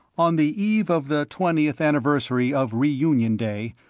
on the eve of the twentieth anniversary of reunion day,